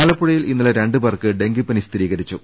ആലപ്പുഴയിൽ ഇന്നലെ രണ്ട് പേർക്ക് ഡെങ്കിപ്പനി സ്ഥിരീകരി ച്ചു